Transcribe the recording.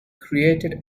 created